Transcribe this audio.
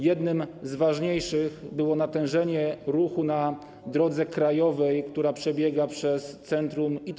Jednym z ważniejszych było natężenie ruchu na drodze krajowej, która przebiega przez centrum miasta.